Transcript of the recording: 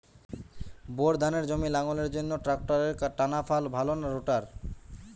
Bore ধানের জমি লাঙ্গলের জন্য ট্রাকটারের টানাফাল ভালো না রোটার?